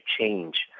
change